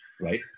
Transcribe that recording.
right